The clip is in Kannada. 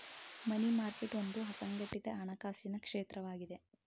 ಮನಿ ಮಾರ್ಕೆಟ್ ಒಂದು ಅಸಂಘಟಿತ ಹಣಕಾಸಿನ ಕ್ಷೇತ್ರವಾಗಿದೆ